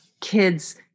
kids